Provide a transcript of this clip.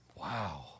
Wow